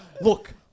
Look